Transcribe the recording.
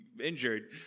injured